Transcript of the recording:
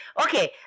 okay